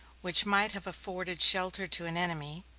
which might have afforded shelter to an enemy,